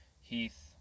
heath